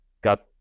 got